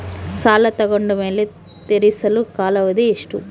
ಸಾಲ ತಗೊಂಡು ಮೇಲೆ ತೇರಿಸಲು ಕಾಲಾವಧಿ ಎಷ್ಟು?